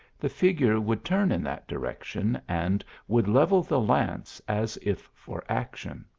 the figure would turn in that direction and would level the lance as if for action.